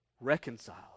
Reconciled